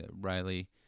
Riley